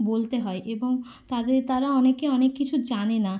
বলতে হয় এবং তাদের তারা অনেকে অনেক কিছু জানে না